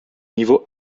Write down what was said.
niveau